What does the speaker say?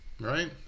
right